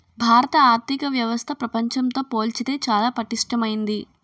భారత ఆర్థిక వ్యవస్థ ప్రపంచంతో పోల్చితే చాలా పటిష్టమైంది